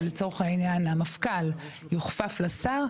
או לצורך העניין המפכ"ל יוכפף לשר,